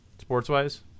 sports-wise